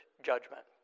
judgment